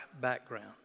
background